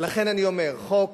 ולכן אני אומר, חוק